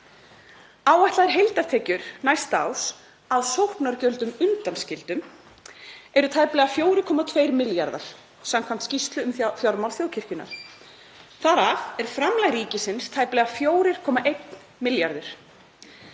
Áætlaðar heildartekjur næsta árs að sóknargjöldum undanskildum eru tæplega 4,2 milljarðar samkvæmt skýrslu um fjármál þjóðkirkjunnar. Þar af er framlag ríkisins tæplega 4,1 milljarður.